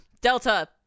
delta